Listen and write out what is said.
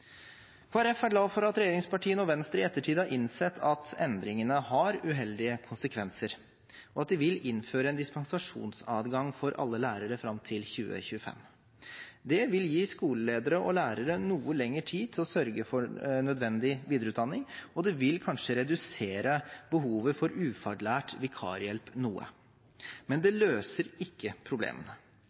er glad for at regjeringspartiene og Venstre i ettertid har innsett at endringene har uheldige konsekvenser, og at de vil innføre en dispensasjonsadgang for alle lærere fram til 2025. Det vil gi skoleledere og lærere noe lengre tid til å sørge for nødvendig videreutdanning, og det vil kanskje redusere behovet for ufaglært vikarhjelp noe. Men det løser ikke problemene.